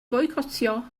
foicotio